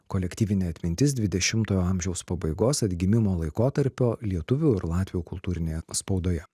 kolektyvinė atmintis dvidešimtojo amžiaus pabaigos atgimimo laikotarpio lietuvių ir latvių kultūrinėje spaudoje